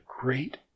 great